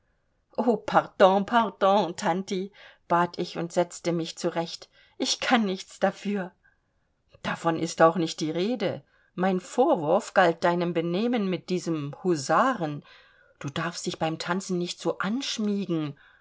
pardon pardon tanti bat ich und setzte mich zurecht ich kann nichts dafür davon ist auch nicht die rede mein vorwurf galt deinem benehmen mit diesem husaren du darfst dich beim tanzen nicht so anschmiegen